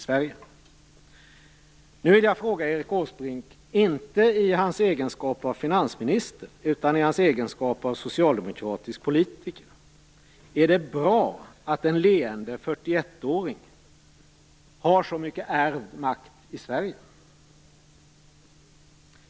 Jag vill fråga Erik Åsbrink, inte i egenskap av finansminister utan i egenskap av socialdemokratisk politiker: Är det bra att en leende 41-åring har så mycket ärvd makt i Sverige?